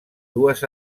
dues